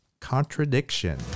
Contradiction